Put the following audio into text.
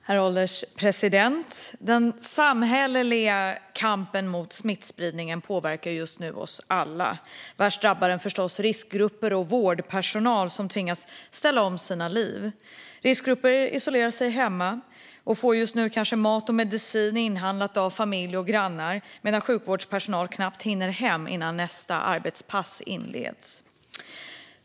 Herr ålderspresident! Den samhälleliga kampen mot smittspridningen påverkar just nu oss alla. Värst drabbar den förstås riskgrupper och vårdpersonal som tvingas ställa om sina liv. Riskgrupper isolerar sig hemma och får just nu kanske mat och medicin inhandlat av familj och grannar, medan sjukvårdspersonal knappt hinner hem innan nästa arbetspass inleds.